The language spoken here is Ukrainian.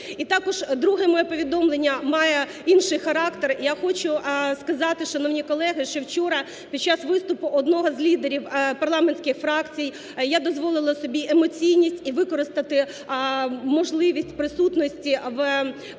І також друге моє повідомлення має інший характер. Я хочу сказати, шановні колеги, що вчора під час виступу одного з лідерів парламентських фракцій я дозволила собі емоційність і використати можливість присутності в президії